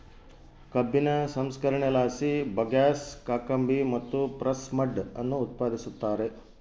ಕಬ್ಬಿನ ಸಂಸ್ಕರಣೆಲಾಸಿ ಬಗ್ಯಾಸ್, ಕಾಕಂಬಿ ಮತ್ತು ಪ್ರೆಸ್ ಮಡ್ ಅನ್ನು ಉತ್ಪಾದಿಸುತ್ತಾರೆ